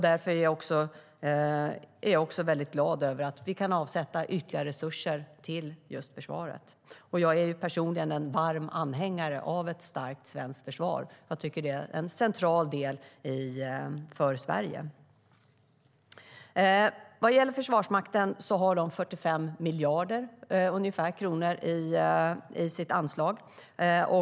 Därför är jag glad att vi kan avsätta ytterligare resurser till just försvaret. Personligen är jag en varm anhängare av ett starkt svenskt försvar. Jag tycker att det är centralt för Sverige. Vad gäller Försvarsmakten har de ungefär 45 miljarder kronor i sitt anslag.